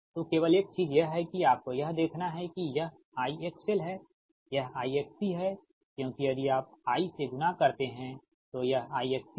तो केवल एक चीज यह है कि आपको यह देखना है कि यह IXL है यह IXC है क्योंकि यदि आप I से गुणा करते हैं तो यह IXC है